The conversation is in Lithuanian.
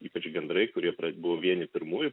ypač gandrai kurie pra buvo vieni pirmųjų